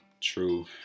True